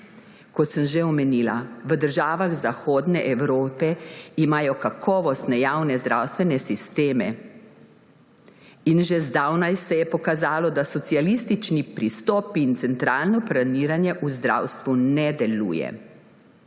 Kot sem že omenila, v državah Zahodne Evrope imajo kakovostne javne zdravstvene sisteme in že zdavnaj se je pokazalo, da socialistični pristop in centralno planiranje v zdravstvu ne delujeta.